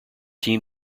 team